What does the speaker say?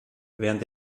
während